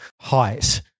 height